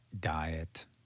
diet